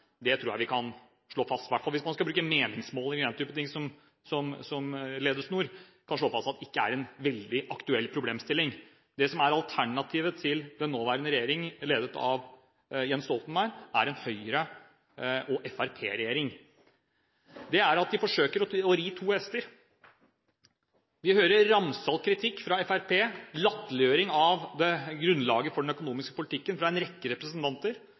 jeg tror vi kan slå fast – i hvert fall hvis man skal bruke meningsmålinger og den type ting som ledesnor – at det ikke er en veldig aktuell problemstilling. Det som er alternativet til den nåværende regjering, ledet av Jens Stoltenberg, er en regjering med Høyre og Fremskrittspartiet. Vi hører ramsalt kritikk fra Fremskrittspartiet, latterliggjøring av grunnlaget for den økonomiske politikken fra en rekke representanter,